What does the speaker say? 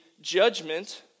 judgment